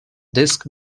disk